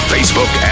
Facebook